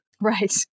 Right